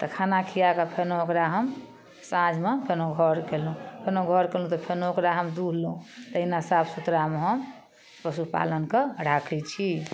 तऽ खाना खिआकऽ फेनो ओकरा हम साँझमे फेनो घर कयलहुँ फेनो घर कयलहुँ तऽ फेनो ओकरा हम दुहलहुँ तहिना साफ सुथड़ामे हम पशुपालन कऽ राखय छी